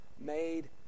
made